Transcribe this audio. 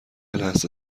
لحظه